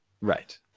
Right